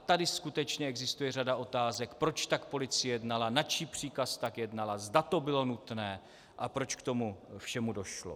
Tady skutečně existuje řada otázek, proč tak policie jednala, na čí příkaz tak jednala, zda to bylo nutné a proč k tomu všemu došlo.